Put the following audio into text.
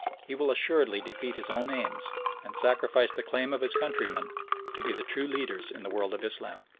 he will assuredly defeat his own aims and sacrifice the claim of his countrymen to be the true leaders in the world of islam.